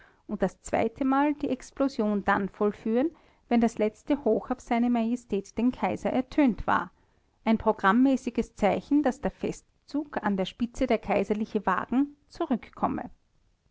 und das zweitemal die explosion dann vollführen wenn das letzte hoch auf se majestät den kaiser ertönt war ein programmäßiges zeichen daß der festzug an der spitze der kaiserliche wagen zurückkomme